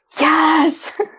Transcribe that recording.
Yes